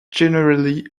generally